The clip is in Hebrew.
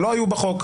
הם לא היו בחוק,